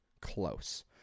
close